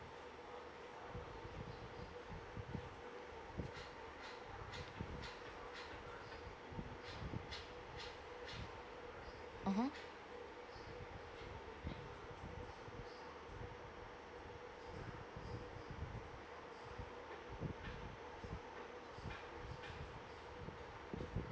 mmhmm